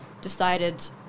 decided